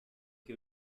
que